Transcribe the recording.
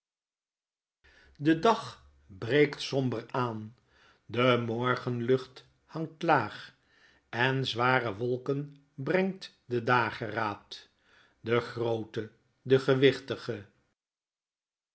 be dag breekt somber aan de morgenlucht hangt laag en zware wolken brengt de dageraad be groote de gewichtige